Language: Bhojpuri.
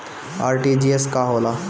आर.टी.जी.एस का होला?